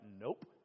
nope